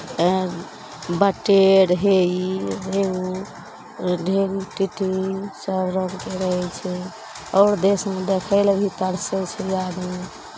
तऽ बटेर हे ई हे ओ ढेरी तितिर सभ रङ्गके रहै छै आओर देशमे देखय लए भी तरसै छै आदमी